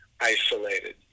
isolated